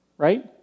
right